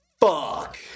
fuck